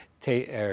take